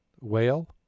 whale